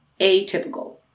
Atypical